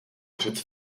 přece